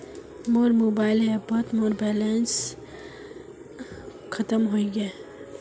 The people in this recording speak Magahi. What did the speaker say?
मोर मोबाइल ऐपोत मोर बैलेंस अपडेट नि छे